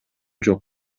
жок